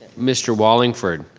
mr. wallingford.